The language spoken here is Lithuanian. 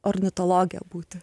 ornitologe būti